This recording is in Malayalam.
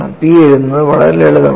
P എഴുതുന്നത് വളരെ ലളിതമാണ്